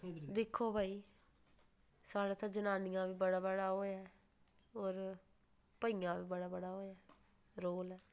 दिक्खो भाई साडे़ इत्थै जनानिया बी बड़ा बड़ा ओह् है और भाइयां दा बी बड़ा बड़ा ओह् ऐ रोल ऐ